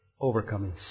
Overcoming